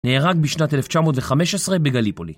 נהרג בשנת 1915 בגליפולי